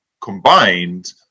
combined